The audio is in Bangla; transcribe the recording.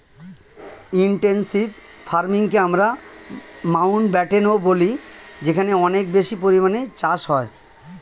ইনটেনসিভ ফার্মিংকে আমরা মাউন্টব্যাটেনও বলি যেখানে অনেক বেশি পরিমাণে চাষ হয়